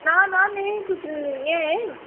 ना ना मिगी तुस इ'यां गै